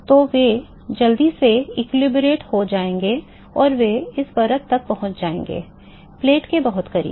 तो वे जल्दी से संतुलित हो जाएंगे और वे इस परत तक पहुंच जाएंगे प्लेट के बहुत करीब